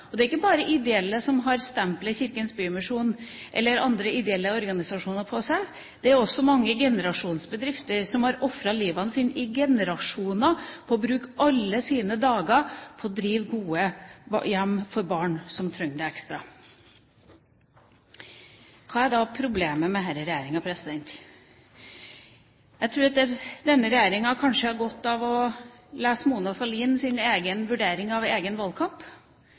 er ikke bare de som har stempelet Kirkens Bymisjon eller andre ideelle organisasjoner på seg, det er også mange generasjonsbedrifter som har ofret livet i generasjoner ved å bruke alle sine dager på å drive gode hjem for barn som trenger det ekstra. Hva er da problemet med denne regjeringa? Jeg tror at denne regjeringa kanskje har godt av å lese Mona Sahlins egen vurdering av egen valgkamp,